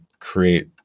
create